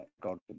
God